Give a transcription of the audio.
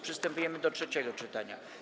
Przystępujemy do trzeciego czytania.